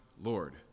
Lord